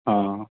ہاں